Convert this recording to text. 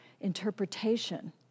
interpretation